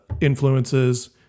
influences